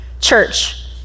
Church